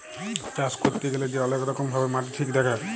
চাষ ক্যইরতে গ্যালে যে অলেক রকম ভাবে মাটি ঠিক দ্যাখে